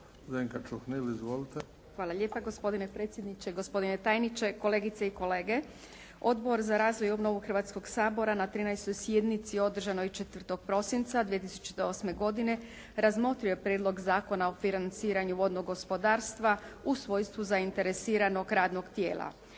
Zdenka (Nezavisni)** Hvala lijepa gospodine predsjedniče, gospodine tajniče, kolegice i kolege. Odbor za razvoj i obnovu Hrvatskog sabora na 13. sjednici održanoj 4. prosinca 2008. godine razmotrio je Prijedlog zakona o financiranju vodnog gospodarstva u svojstvu zainteresiranog radnog tijela.